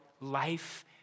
life